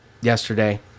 yesterday